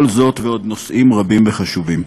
כל זאת ועוד נושאים רבים וחשובים.